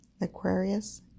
Aquarius